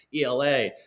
ELA